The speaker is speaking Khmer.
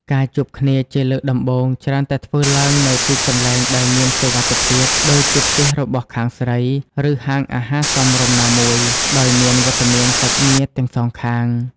ការជួបគ្នាជាលើកដំបូងច្រើនតែធ្វើឡើងនៅទីកន្លែងដែលមានសុវត្ថិភាព ដូចជាផ្ទះរបស់ខាងស្រី ឬហាងអាហារសមរម្យណាមួយ ដោយមានវត្តមានសាច់ញាតិទាំងសងខាង។